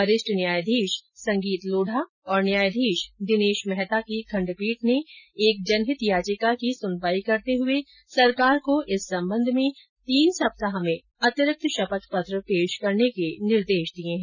वरिष्ठ न्यायाधीश संगीत लोढ़ा और न्यायाधीश दिनेश मेहता की खंडपीठ ने एक जनहित याचिका की सुनवाई करते हुए सरकार को इस संबंध में तीन सप्ताह में अतिरिक्त शपथ पत्र पेश करने के निर्देश दिए हैं